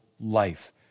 life